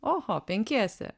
oho penkiese